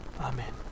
Amen